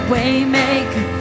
Waymaker